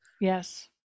yes